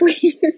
please